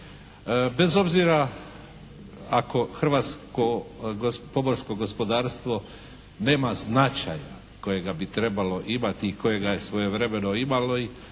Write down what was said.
Bez obzira ako hrvatsko pomorsko gospodarstvo nema značaja kojega bi trebalo imati i kojega je svojevremeno imalo,